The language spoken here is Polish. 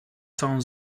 całą